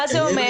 מה זה אומר?